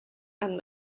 and